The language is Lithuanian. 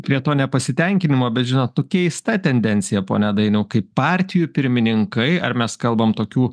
prie to nepasitenkinimo bet žinot nu keista tendencija pone dainiau kaip partijų pirmininkai ar mes kalbam tokių